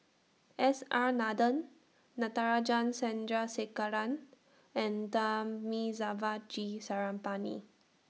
S R Nathan Natarajan Chandrasekaran and Thamizhavel G Sarangapani